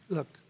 Look